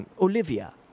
Olivia